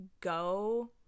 go